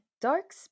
dark